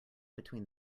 between